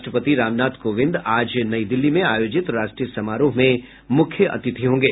राष्ट्रपति रामनाथ कोविंद आज नई दिल्ली में आयोजित राष्ट्रीय समारोह में मुख्य अतिथि होंगे